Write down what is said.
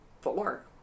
four